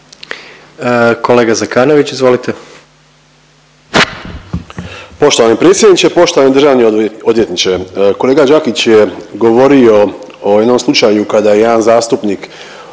Kolega Zekanović izvolite.